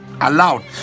allowed